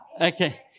okay